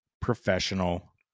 professional